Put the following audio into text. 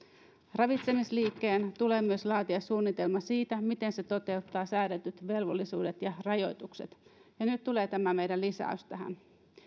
ravitsemisliikkeen tulee myös laatia suunnitelma siitä miten se toteuttaa säädetyt velvollisuudet ja rajoitukset ja nyt tulee tämä meidän lisäys tähän